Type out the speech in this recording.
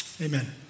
Amen